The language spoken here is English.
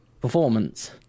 performance